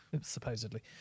Supposedly